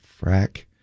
frack